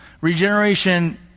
Regeneration